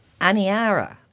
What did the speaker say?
Aniara